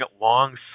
long